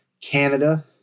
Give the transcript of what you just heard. Canada